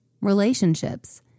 relationships